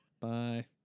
Bye